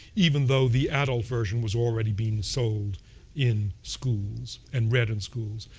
even though the adult version was already being sold in schools and read in schools.